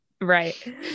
Right